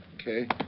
Okay